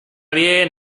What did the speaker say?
bien